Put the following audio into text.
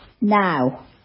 Now